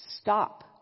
Stop